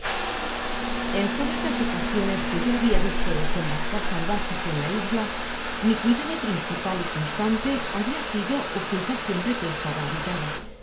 en todas las ocasiones que yo habia visto desembarcar salvajes en la isla mi cuidado principal y constante habia sido ocultar siempre que estaba habitada